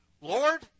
Lord